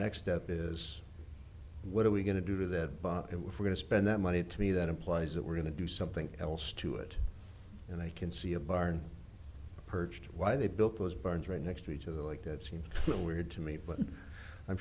next step is what are we going to do that bought it we're going to spend that money to me that implies that we're going to do something else to it and i can see a barn perched why they built those barns right next to each other like that seems weird to me but i'm